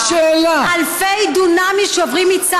אלפי דונמים עוברים מצד לצד.